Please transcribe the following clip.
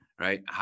Right